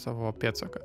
savo pėdsaką